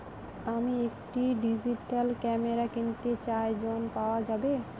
আমি একটি digital camera কিনতে চাই ঝণ পাওয়া যাবে?